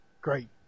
great